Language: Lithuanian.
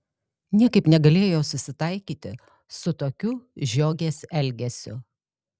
niekaip negalėjo susitaikyti su tokiu žiogės elgesiu